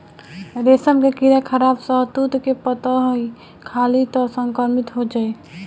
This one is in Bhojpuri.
रेशम के कीड़ा खराब शहतूत के पतइ खाली त संक्रमित हो जाई